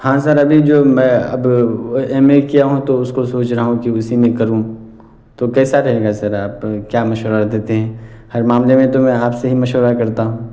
ہاں سر ابھی جو میں اب ایم اے کیا ہوں تو اس کو سوچ رہا ہوں کہ اسی میں کروں تو کیسا رہے گا سر آپ کیا مشورہ دیتے ہیں ہر معاملے میں تو میں آپ سے ہی مشورہ کرتا ہوں